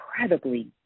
incredibly